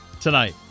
tonight